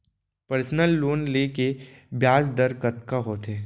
Personal loan ले के ब्याज दर कतका होथे?